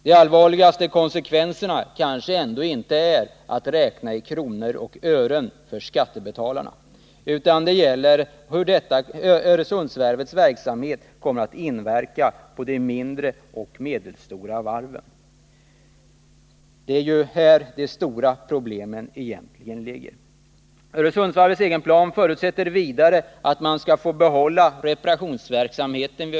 De allvarligaste konsekvenserna av att Öresundsvarvet behålls kan kanske inte räknas i kronor och ören för skattebetalarna. De gäller i stället hur verksamheten på Öresundsvarvet kommer att inverka på de mindre och medelstora varven. Det är här de stora problemen egentligen ligger. Öresundsvarvets plan förutsätter vidare att varvet får behålla sin reparationsverksamhet.